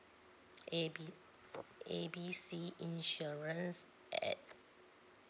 A B A B C insurance at at